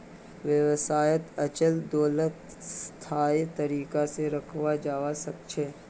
व्यवसायत अचल दोलतक स्थायी तरीका से रखाल जवा सक छे